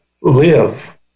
live